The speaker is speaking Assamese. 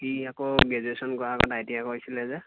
সি আকৌ গ্ৰেজুৱেশ্যন কৰাৰ আগত আই টি আই কৰিছিলে যে